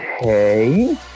Okay